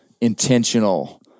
intentional